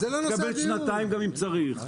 אתה תקבל שנתיים גם אם צריך.